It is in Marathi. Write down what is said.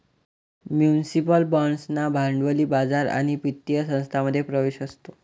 म्युनिसिपल बाँड्सना भांडवली बाजार आणि वित्तीय संस्थांमध्ये प्रवेश असतो